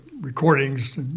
recordings